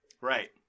right